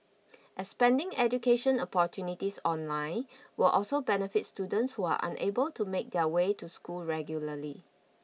expanding education opportunities online will also benefit students who are unable to make their way to school regularly